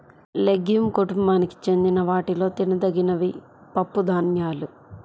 legume కుటుంబానికి చెందిన వాటిలో తినదగినవి పప్పుధాన్యాలు